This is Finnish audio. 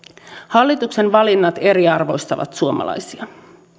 hallituksen valinnat eriarvoistavat suomalaisia